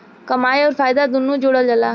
कमाई अउर फायदा दुनू जोड़ल जला